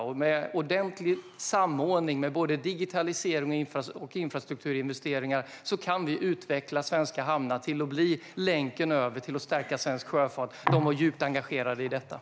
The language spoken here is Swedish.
Med en ordentlig samordning med både digitalisering och infrastrukturinvesteringar kan vi utveckla svenska hamnar till att bli länken över till att stärka svensk sjöfart. Företrädarna var djupt engagerade i frågan.